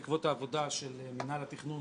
בעקבות העבודה של מינהל התכנון,